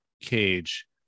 Cage